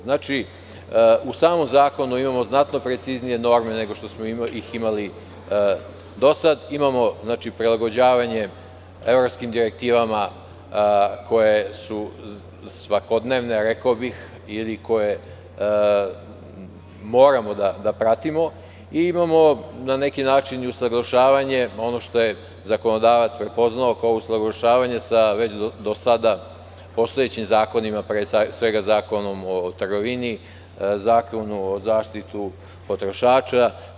Znači, u samom zakonu imamo znatno preciznije norme nego što smo ih imali do sad, imamo prilagođavanje evropskim direktivama koje su svakodnevne, rekao bih, ili koje moramo da pratimo i imamo, na neki način, i usaglašavanje, ono što je zakonodavac prepoznao kao usaglašavanje sa već do sada postojećim zakonima, pre svega Zakonom o trgovini Zakonu o zaštiti potrošača.